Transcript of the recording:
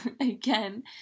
Again